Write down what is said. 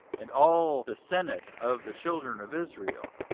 and all the senate of the children of israel,